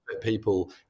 people